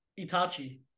Itachi